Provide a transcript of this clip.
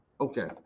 Okay